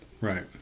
Right